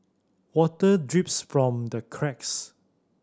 water drips from the cracks